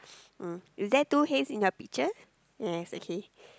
um is there two hays in your picture yes okay